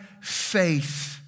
faith